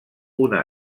una